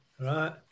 right